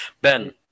Ben